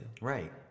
Right